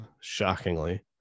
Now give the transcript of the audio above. shockingly